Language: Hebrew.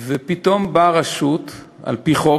ופתאום באה הרשות, על-פי חוק,